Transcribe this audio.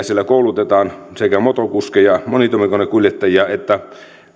siellä koulutetaan sekä motokuskeja monitoimikonekuljettajia että